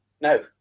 No